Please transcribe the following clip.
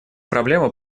проблему